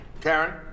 Karen